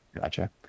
Gotcha